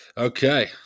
Okay